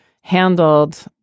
handled